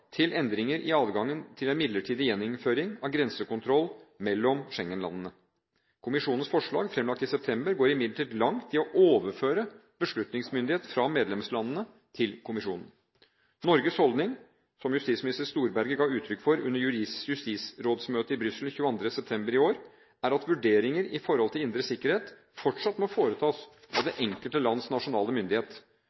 til endringer i adgangen til en midlertidig gjeninnføring av grensekontroll mellom Schengen-landene. Kommisjonens forslag – fremlagt i september – går imidlertid langt i å overføre beslutningsmyndighet fra medlemslandene til kommisjonen. Norges holdning, som justisminister Storberget ga uttrykk for under justisrådsmøtet i Brussel 22. september i år, er at vurderinger i forhold til indre sikkerhet fortsatt må foretas av det